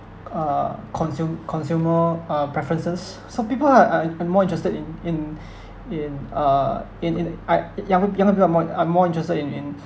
uh consum~ consumer uh preferences some people are are are more interested in in in uh in in I younger younger people are more are more interested in in